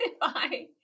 Bye